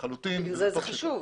לכן זה חשוב.